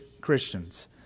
Christians